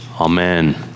Amen